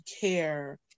care